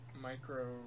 micro